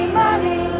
money